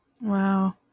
wow